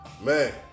Man